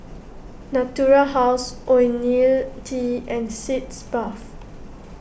Natura House Ionil T and Sitz Bath